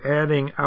adding